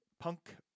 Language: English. Punk